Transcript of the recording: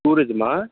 ఊరేది మా